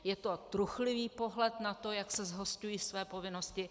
Je to truchlivý pohled na to, jak se zhosťují své povinnosti.